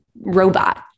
robot